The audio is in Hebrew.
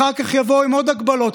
אחר כך יבואו עם עוד הגבלות,